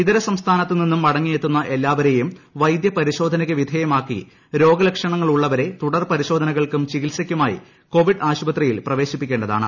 ഇതര സംസ്ഥാനത്തുനിന്നും മടങ്ങിയെത്തുന്ന എല്ലാവരെയും വൈദ്യ പരിശോധനയ്ക്ക് വിധേയമാക്കി രോഗലക്ഷണമുള്ളവരെ തുടർ പരിശോധനകൾക്കും ചികിത്സയ്ക്കുമായി കോവിഡ് ആശുപത്രിയിൽ പ്രവേശിപ്പിക്കേണ്ടതാണ്